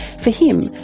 for him,